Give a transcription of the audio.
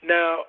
Now